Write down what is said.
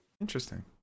interesting